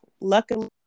Luckily